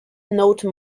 note